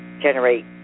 generate